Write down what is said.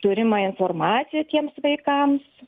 turimą informaciją tiems vaikams